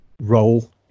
role